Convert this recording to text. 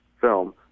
film